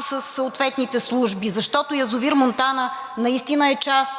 със съответните служби, защото язовир „Монтана“ наистина е част